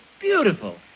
beautiful